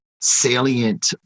salient